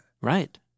right